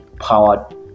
powered